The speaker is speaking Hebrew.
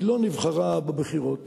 היא לא נבחרה בבחירות